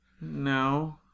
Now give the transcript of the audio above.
No